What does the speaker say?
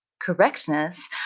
correctness